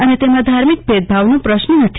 અને તેમાં ધાર્મિક ભેદભાવનો પ્રશ્ન નથી